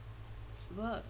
work